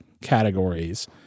categories